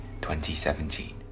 2017